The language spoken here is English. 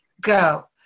go